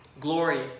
glory